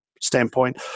standpoint